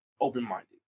open-minded